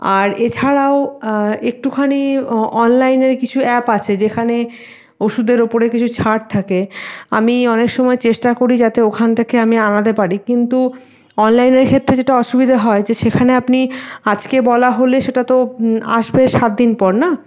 আর এছাড়াও একটুখানি অ অনলাইনের কিছু অ্যাপ আছে যেখানে ওষুধের ওপরে কিছু ছাড় থাকে আমি অনেক সময় চেষ্টা করি যাতে ওখান থেকে আমি আনাতে পারি কিন্তু অনলাইনের ক্ষেত্রে যেটা অসুবিধে হয় যে সেখানে আপনি আজকে বলা হলে সেটা তো আসবে সাত দিন পর না